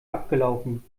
abgelaufen